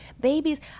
Babies